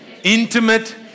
intimate